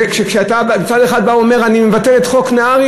זה כשמצד אחד אתה בא ואומר: אני מבטל את חוק נהרי.